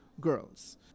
girls